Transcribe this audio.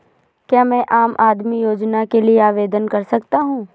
क्या मैं आम आदमी योजना के लिए आवेदन कर सकता हूँ?